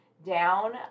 Down